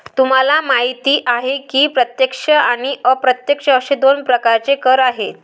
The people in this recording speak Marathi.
तुम्हाला माहिती आहे की प्रत्यक्ष आणि अप्रत्यक्ष असे दोन प्रकारचे कर आहेत